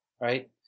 right